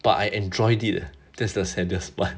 but I enjoy eh that's the saddest part